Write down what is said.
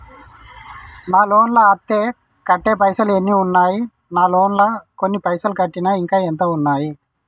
నా లోన్ లా అత్తే కట్టే పైసల్ ఎన్ని ఉన్నాయి నా లోన్ లా కొన్ని పైసల్ కట్టిన ఇంకా ఎంత ఉన్నాయి?